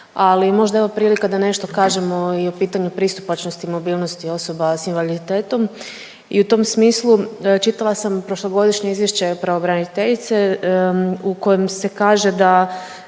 ali možda je ovo prilika da nešto kažemo i o pitanju pristupačnosti i mobilnosti osoba s invaliditetom i u tom smislu čitala sam prošlogodišnje izvješće pravobraniteljice u kojem se kaže da